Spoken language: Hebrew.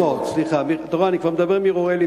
500. סליחה, מ-500,